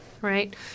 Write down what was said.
Right